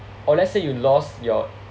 or let's say you lost your